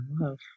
love